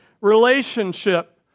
relationship